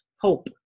hope